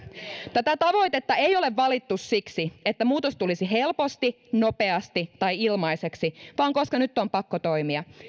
tätä tavoitetta ei ole valittu siksi että muutos tulisi helposti nopeasti tai ilmaiseksi vaan koska nyt on pakko toimia